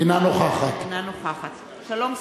אינה נוכחת שלום שמחון,